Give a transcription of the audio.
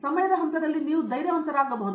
ಸಮಯದ ಹಂತದಲ್ಲಿ ನೀವು ಧೈರ್ಯವಂತರಾಗಬಹುದು